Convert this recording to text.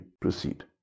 proceed